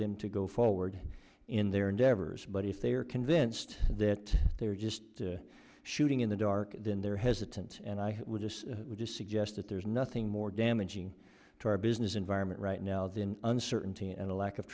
them to go forward in their endeavors but if they are convinced that they're just shooting in the dark then they're hesitant and i would just suggest that there's nothing more damaging to our business environment right now than uncertainty and a lack of